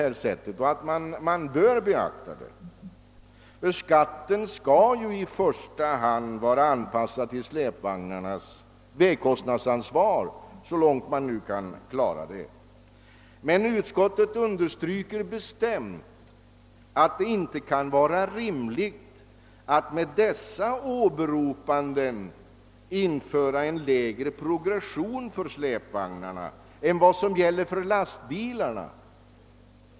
Man bör ta hänsyn till dem, eftersom skatten i första hand skall vara anpassad till släpvagnarnas vägkostnadsansvar, så långt detta nu kan fastställas. Utskottet understryker emellertid bestämt att det inte kan vara rimligt att med åberopande av dessa motiv införa en lägre progression för släpvagnarna än vad som gäller för lastbilarna.